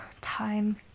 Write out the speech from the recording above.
time